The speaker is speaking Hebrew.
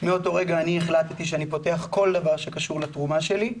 מאותו רגע החלטתי שאני פותח כל דבר שקשור לתרומה שלי.